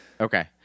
Okay